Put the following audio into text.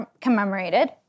commemorated